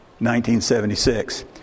1976